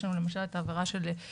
יש לנו למשל את העבירה של סעיף